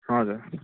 हजुर